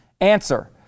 Answer